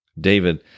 David